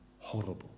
Horrible